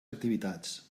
activitats